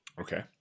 Okay